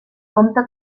compta